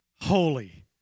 Holy